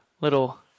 little